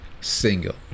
single